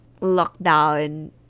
lockdown